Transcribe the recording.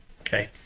okay